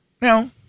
Now